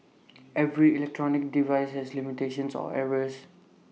every electronic device has limitations or errors